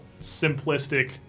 simplistic